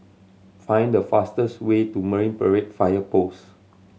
find the fastest way to Marine Parade Fire Post